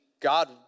god